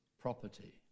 property